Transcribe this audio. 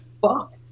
fuck